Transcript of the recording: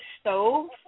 stove